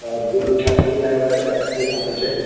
त ॿियो छाथो ॿुधाएव अॻिते छाथो चए